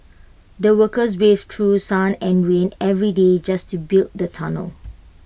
the workers braved through sun and rain every day just to build the tunnel